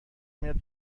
میاد